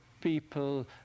people